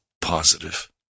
positive